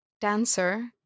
dancer